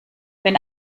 wenn